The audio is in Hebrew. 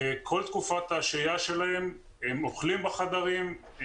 כל תקופת השהייה שלהם הם אוכלים בחדרים,